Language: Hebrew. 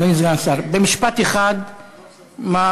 אדוני סגן השר, במשפט אחד, מה,